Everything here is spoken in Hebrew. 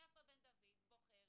יפה בן דוד בוחרת